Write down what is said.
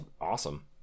awesome